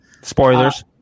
spoilers